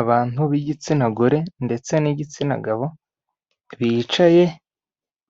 Abantu b'igitsina gore ndetse n'igitsina gabo, bicaye